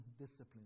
discipline